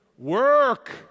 Work